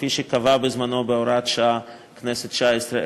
כפי שקבעה בזמנו בהוראת שעה הכנסת התשע-עשרה,